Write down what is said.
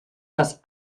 das